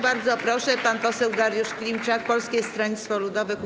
Bardzo proszę, pan poseł Dariusz Klimczak, Polskie Stronnictwo Ludowe - Kukiz15.